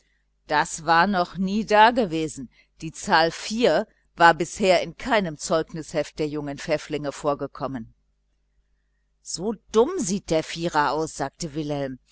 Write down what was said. das war noch nie dagewesen die zahl war bisher in keinem zeugnisheft der jungen pfäfflinge vorgekommen so dumm sieht der vierer aus sagte wilhelm